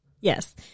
Yes